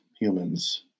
humans